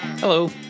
Hello